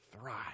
thrive